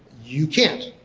you can't.